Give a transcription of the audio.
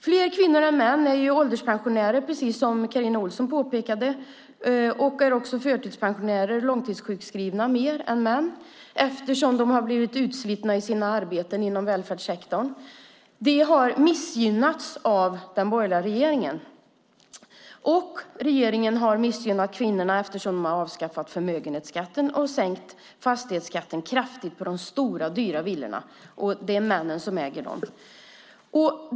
Fler kvinnor än män är ålderspensionärer, precis som Carina Ohlsson påpekade. Fler kvinnor än män är också förtidspensionärer och långtidssjukskrivna eftersom de har blivit utslitna i sina arbeten inom välfärdssektorn. De har missgynnats av den borgerliga regeringen. Regeringen har missgynnat kvinnorna eftersom de har avskaffat förmögenhetsskatten och sänkt fastighetsskatten kraftigt för de stora och dyra villorna, och det är männen som äger dem.